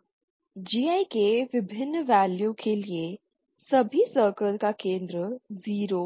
अब GI के विभिन्न वेल्यू के लिए सभी सर्कल का केंद्र 0